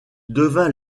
devint